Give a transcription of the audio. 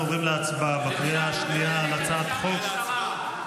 אנחנו עוברים להצבעה בקריאה השנייה על הצעת חוק לתיקון